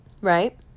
Right